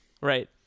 Right